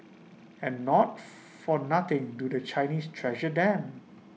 and not for nothing do the Chinese treasure then